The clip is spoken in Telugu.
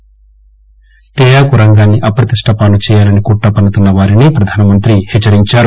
దేశ తేయాకు రంగాన్ని అప్రతిష్ట పాలు చేయాలని కుట్ర పన్నుతున్న వారిని ప్రధానమంత్రి హెచ్చరించారు